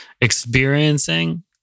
experiencing